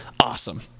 awesome